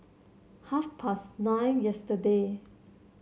half past nine yesterday